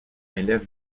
élève